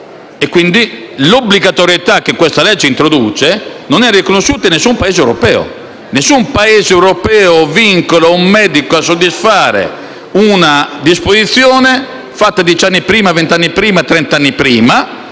Pertanto, l'obbligatorietà che questa legge introduce non è riconosciuta in nessun Paese europeo. Nessun Paese europeo vincola un medico a soddisfare una disposizione redatta dieci o venti o trent'anni prima,